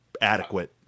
adequate